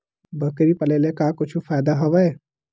बकरी पाले ले का कुछु फ़ायदा हवय?